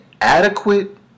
adequate